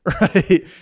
right